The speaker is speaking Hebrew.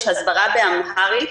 יש הסברה באמהרית,